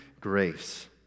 grace